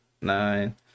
nine